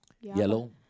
Yellow